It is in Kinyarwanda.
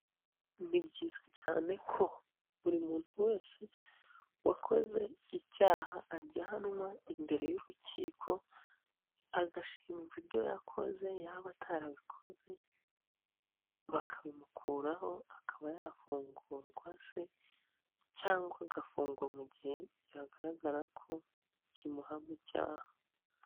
Ni byiza cyane ko buri muntu wese wakoze icyaha ajyanwa imbere y'urukiko agashinjwa ibyo yakoze, yaba atarabikoze bakabimukuraho akaba yafungurwa se cyangwa agafungwa mu gihe byagaragara ko kimuhama icyaha.